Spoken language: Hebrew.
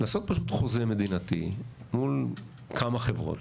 לעשות פשוט חוזה מדינתי מול כמה חברות,